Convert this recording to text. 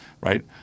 Right